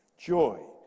Joy